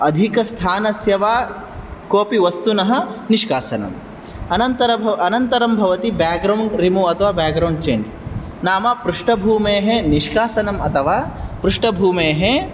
अधिकस्थानस्य वा कोऽपि वस्तुनः निष्कासनम् अनन्तरं अनन्तरं भवति ब्यग्राऊण्ड् रिमूव् अथवा ब्यग्राऊण्ड् चेञ्ज् नाम पृष्ठभूमेः निष्कासनम् अथवा पृष्ठभूमेः